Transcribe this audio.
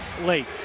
late